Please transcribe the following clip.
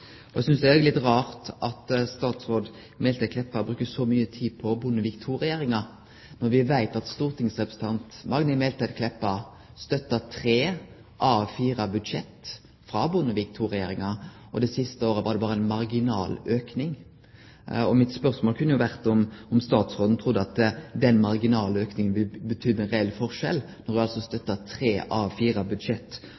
Eg synest det òg er litt rart at statsråd Meltveit Kleppa bruker så mykje tid på Bondevik II-regjeringa, når vi veit at stortingsrepresentant Magnhild Meltveit Kleppa støtta tre av fire budsjett frå Bondevik II-regjeringa, og det siste året var det berre ei marginal auking. Mitt spørsmål kunne jo ha vore om statsråden trudde at den marginale aukinga ville ha betydd ein reell forskjell, når ho altså